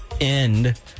end